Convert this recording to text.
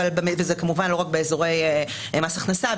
וזה כמובן לא רק באזורי מס הכנסה,